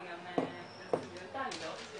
אנחנו פותחים את הדיון.